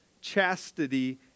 chastity